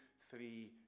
three